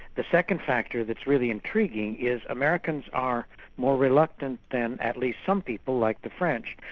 the second factor that's really intriguing, is americans are more reluctant than at least some people like the french,